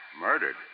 Murdered